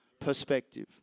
perspective